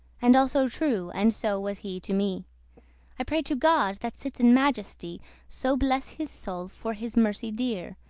and also true, and so was he to me i pray to god that sits in majesty so bless his soule, for his mercy dear.